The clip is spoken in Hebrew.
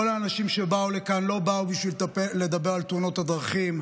כל האנשים שבאו לכאן לא באו בשביל לדבר על תאונות הדרכים.